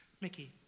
Mickey